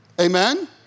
Amen